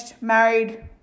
married